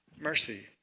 mercy